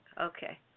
Okay